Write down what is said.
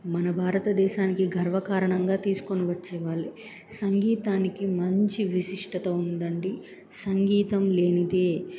మన భారతదేశానికి గర్వకారణంగా తీసుకుని వచ్చేవాళ్ళే సంగీతానికి మంచి విశిష్టత ఉందండి సంగీతం లేనిదే